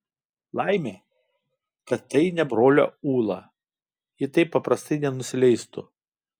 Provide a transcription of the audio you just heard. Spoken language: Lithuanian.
laimė kad tai ne brolio ūla ji taip paprastai nenusileistų